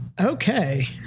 Okay